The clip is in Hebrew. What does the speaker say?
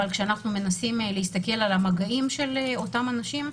כשאנחנו מנסים להסתכל על המגעים של אותם אנשים,